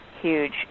huge